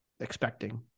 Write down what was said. expecting